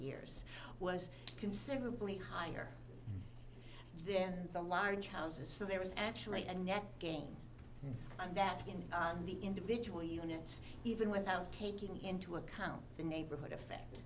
years was considerably higher than the large houses so there was actually a net gain on that in the individual units even without taking into account the neighborhood effect